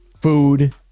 food